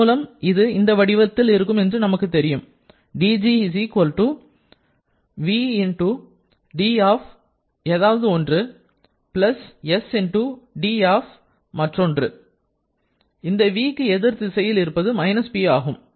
இதன் மூலம் இது இந்த வடிவில் இருக்கும் என்று நமக்கு தெரியும் dg v × d s × d இந்த v க்கு எதிர் திசையில் இருப்பது -P ஆகும்